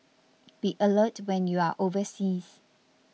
be alert when you are overseas